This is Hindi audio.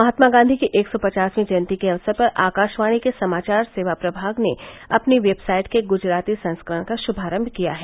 महात्मा गांधी की एक सौ पचासवीं जयंती के अवसर पर आकाशवाणी के समाचार सेवा प्रभाग ने अपनी वेबसाइट के गुजराती संस्करण का शुभारंभ किया है